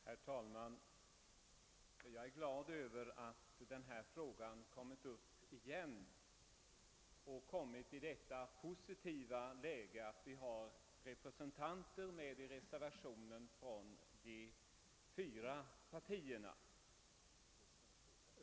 Herr talman! Jag är glad över att denna fråga tagits upp igen och har kommit i det positiva läget att vi har representanter för de fyra partierna med i reservationerna.